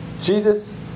Jesus